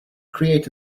create